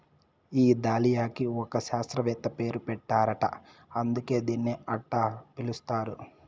ఈ దాలియాకి ఒక శాస్త్రవేత్త పేరు పెట్టారట అందుకే దీన్ని అట్టా పిలుస్తారు